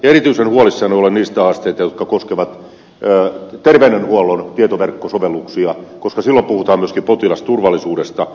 erityisen huolissani olen niistä asioista jotka koskevat terveydenhuollon tietoverkkosovelluksia koska silloin puhutaan myöskin potilasturvallisuudesta